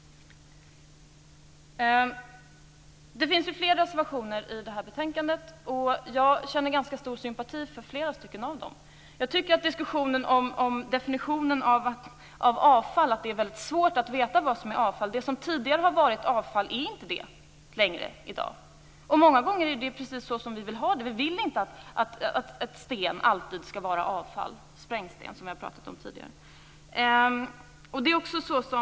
Det finns fler reservationer i betänkandet, och jag känner ganska stor sympati för flera av dem. Det förs t.ex. en diskussion om att det är väldigt svårt att veta vad som är avfall. Det som tidigare har varit avfall är inte det längre. Många gånger är det precis så vi vill ha det. Vi vill inte att sprängsten, som jag har pratat om tidigare, alltid skall vara avfall.